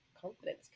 confidence